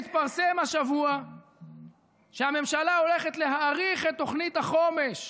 מתפרסם השבוע שהממשלה הולכת להאריך את תוכנית החומש,